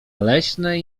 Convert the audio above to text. leśnej